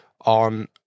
On